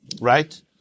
right